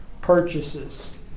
purchases